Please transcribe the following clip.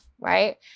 right